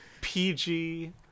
PG